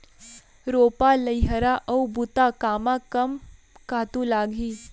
रोपा, लइहरा अऊ बुता कामा कम खातू लागही?